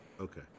Okay